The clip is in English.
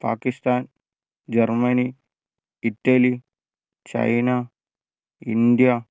Pakistan Germany Italy China India